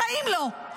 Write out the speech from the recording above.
בחיים לא.